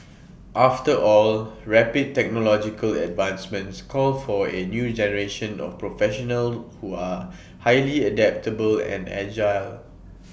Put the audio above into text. after all rapid technological advancements calls for A new generation of professionals who are highly adaptable and agile